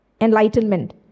enlightenment